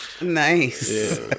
Nice